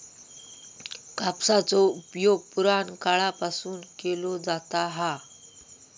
कापसाचो उपयोग पुराणकाळापासून केलो जाता हा